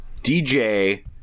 DJ